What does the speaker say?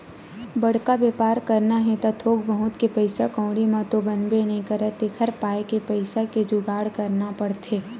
बड़का बेपार करना हे त थोक बहुत के पइसा कउड़ी म तो बनबे नइ करय तेखर पाय के पइसा के जुगाड़ करना पड़थे